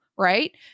right